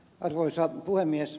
arvoisa puhemies